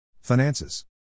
Finances